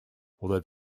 although